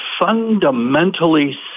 fundamentally